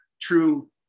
true